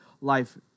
life